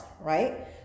right